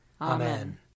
Amen